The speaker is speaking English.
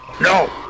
No